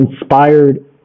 inspired